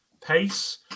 pace